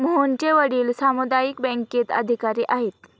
मोहनचे वडील सामुदायिक बँकेत अधिकारी आहेत